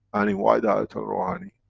and invite ayatollah rouhani,